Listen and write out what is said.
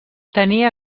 tenia